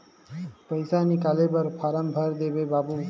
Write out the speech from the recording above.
पइसा निकाले बर फारम भर देते बाबु?